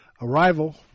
Arrival